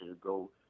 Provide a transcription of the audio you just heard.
go